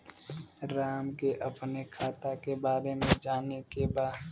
राम के अपने खाता के बारे मे जाने के बा?